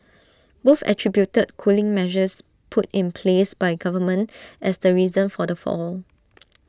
both attributed cooling measures put in place by the government as the reason for the fall